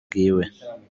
bwiwe